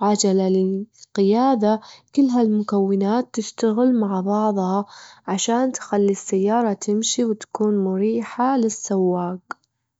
وعجلة للقيادة، كل هاي المكونات تشتغل مع بعظها عشان تخلي السيارة تمشي وتكون مريحة للسواج.